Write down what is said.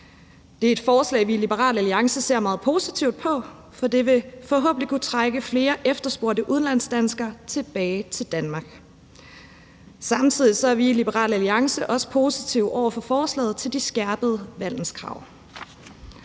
Det er et forslag, vi i Liberal Alliance ser meget positivt på, for det vil forhåbentlig kunne trække flere efterspurgte udlandsdanskere tilbage til Danmark. Samtidig er vi i Liberal Alliance også positiv over for forslaget til de skærpede vandelskrav.